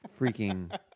Freaking